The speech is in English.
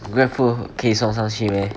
GrabFood 可以送上去 meh